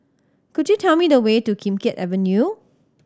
could you tell me the way to Kim Keat Avenue